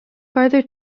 farther